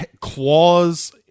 claws